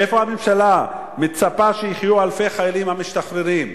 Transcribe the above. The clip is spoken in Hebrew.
איפה הממשלה מצפה שיחיו אלפי החיילים המשוחררים?